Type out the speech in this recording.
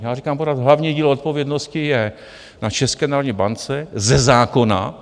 Já říkám pořád, hlavní díl odpovědnosti je na České národní bance ze zákona.